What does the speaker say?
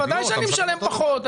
בוודאי שאני משלם פחות,